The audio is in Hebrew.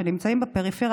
שנמצאים בפריפריה,